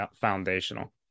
foundational